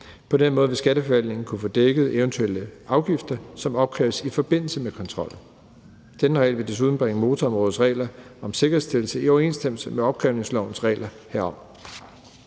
På den måde vil Skatteforvaltningen kunne få dækket eventuelle afgifter, som opkræves i forbindelse med kontrollen. Denne regel vil desuden bringe motorområdets regler om sikkerhedsstillelse i overenstemmelse med opkrævningslovens regler herom.